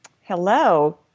Hello